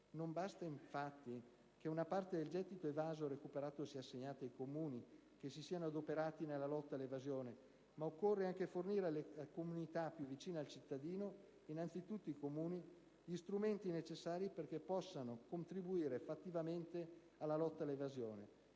Non basta, infatti, che una parte del gettito evaso recuperato sia assegnata ai Comuni che si siano adoperati nella lotta all'evasione, ma occorre anche fornire alle comunità più vicine al cittadino - innanzitutto i Comuni - gli strumenti necessari perché possano contribuire fattivamente alla lotta all'evasione.